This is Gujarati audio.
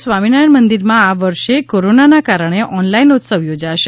સ્વામીનારાયણ મંદિરમાં આ વર્ષે કોરોનાના કારણે ઓનલાઈન ઉત્સવ યોજાશે